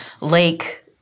Lake